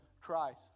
Christ